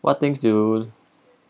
what things you